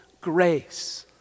Grace